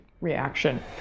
reaction